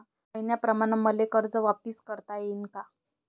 मईन्याप्रमाणं मले कर्ज वापिस करता येईन का?